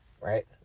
Right